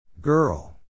Girl